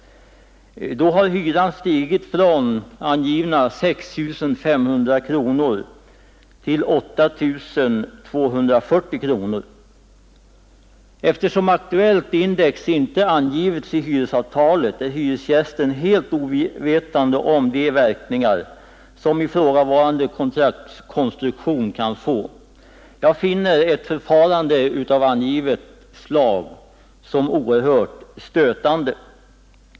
Då har hyran stigit från i avtalet angivna 6 500 kronor till 8 240 kronor. Eftersom aktuellt index inte angivits i hyresavtalet, är hyresgästen helt ovetande om de verkningar som ifrågavarande kontraktskonstruktion kan få. Jag finner ett förfarande av angivet slag oerhört stötande.